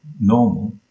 normal